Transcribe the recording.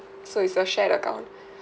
so it's a shared account